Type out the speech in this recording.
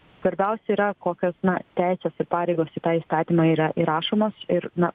svarbiausia yra kokios na teisės ir pareigos į tą įstatymą yra įrašomos ir na